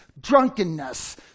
drunkenness